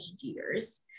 years